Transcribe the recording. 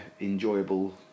enjoyable